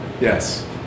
Yes